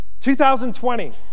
2020